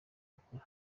makuru